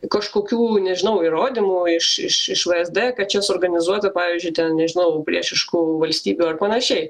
kažkokių nežinau įrodymų iš iš iš vsd kad čia suorganizuota pavyzdžiui ten nežinau priešiškų valstybių ar panašiai